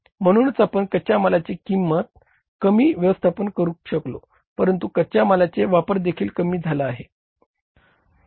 म्हणूनच आपण कच्या मालाचे कमी किंमतीत व्यवस्थापन करू शकलो परंतु कच्या मालाचा वापर देखील कमी झाला आहे